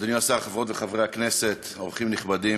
כדי שחבר הכנסת יחיאל חיליק בר יוכל לנאום גם כן.